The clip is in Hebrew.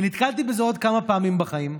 ונתקלתי בזה עוד כמה פעמים בחיים,